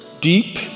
deep